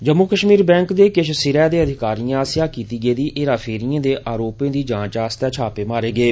Jammu Kashmir bank दे सिरै दे अधिकारिएं आस्सेआ कीती गेदी हेरा फेरिएं दे अरोपें दी जांच आस्तै छापे मारे गे